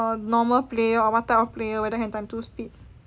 a normal player or what type of player whether can times two speed